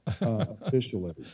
Officially